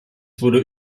wurde